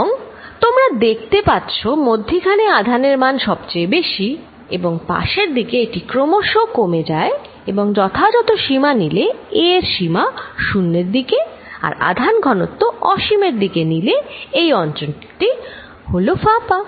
এবং তোমরা দেখতে পাচ্ছ মধ্যিখানে আধানের মান সবচেয়ে বেশি এবং পাশের দিকে এটি ক্রমশ কমে যায় এবং যথাযথ সীমা নিলে a এর সীমা শূন্যের দিকে আর আধার ঘনত্ব অসীম এর দিকে নিলে এই অঞ্চলটি হল ফাঁপা